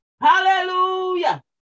Hallelujah